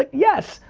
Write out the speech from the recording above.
yes,